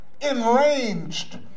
enraged